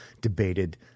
debated